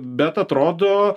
bet atrodo